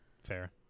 Fair